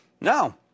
No